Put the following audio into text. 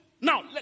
now